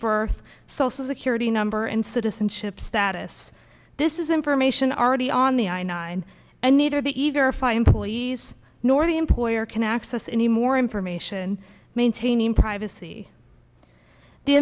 birth social security number and citizenship status this is information already on the i nine and neither the eager five employees nor the employer can access any more information maintaining privacy the